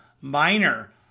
minor